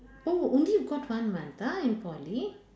oh only got one month ah in poly